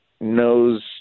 knows